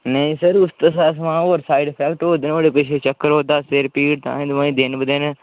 नेईं सर उसदे होर साइड इफेक्ट होए दा नुहाड़े पिच्छें चक्कर हवै दे सिर पीड़ ताहें तुआहें दिन ब दिन